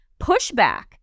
pushback